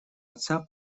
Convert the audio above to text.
отца